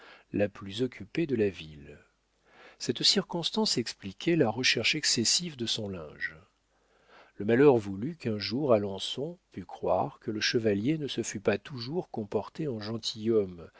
la plus occupée de la ville cette circonstance expliquait la recherche excessive de son linge le malheur voulut qu'un jour alençon pût croire que le chevalier ne se fût pas toujours comporté en